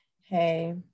Hey